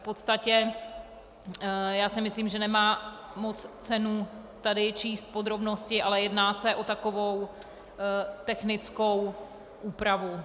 V podstatě si myslím, že nemá moc cenu tady číst podrobnosti, ale jedná se o takovou technickou úpravu.